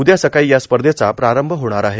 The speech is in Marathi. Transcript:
उद्या सकाळी या स्पर्धेचा प्रारंभ होणार आहे